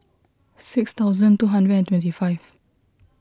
six thousand two hundred and twenty five